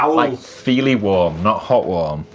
um like feely warm not hot warm